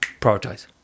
prioritize